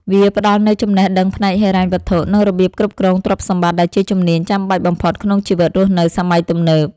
វាផ្ដល់នូវចំណេះដឹងផ្នែកហិរញ្ញវត្ថុ និងរបៀបគ្រប់គ្រងទ្រព្យសម្បត្តិ ដែលជាជំនាញចាំបាច់បំផុតក្នុងជីវិតរស់នៅសម័យទំនើប។